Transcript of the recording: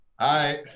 hi